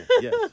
yes